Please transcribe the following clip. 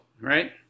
right